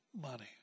money